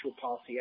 policy